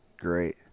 Great